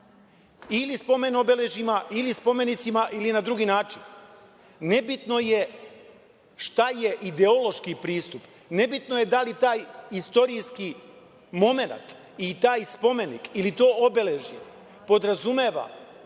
ili spomen obeležjima, ili spomenicima, ili na drugi način. Nebitno je šta je ideološki pristup, nebitno je da li taj istorijski momenat i taj spomenik ili to obeležje podrazumeva